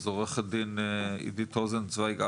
אז עוה"ד עידית רוזנצויג אבו,